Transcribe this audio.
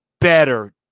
better